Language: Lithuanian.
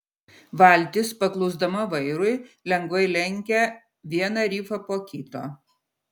valtis paklusdama vairui lengvai lenkė vieną rifą po kito